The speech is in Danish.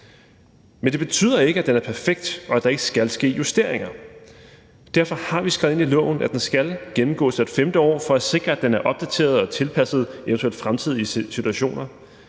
Men det betyder ikke, at den er perfekt, og at der ikke skal ske justeringer. Derfor har vi skrevet ind i loven, at den skal gennemgås hvert femte år for at sikre, at den er opdateret og tilpasset eventuelle fremtidige situationer.